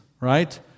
right